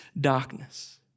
darkness